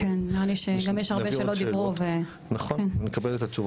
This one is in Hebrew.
שנביא עוד שאלות ונקבל את התשובות.